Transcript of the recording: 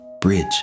bridge